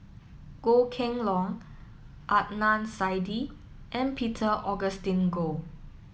Goh Kheng Long Adnan Saidi and Peter Augustine Goh